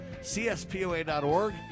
CSPOA.org